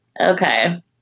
Okay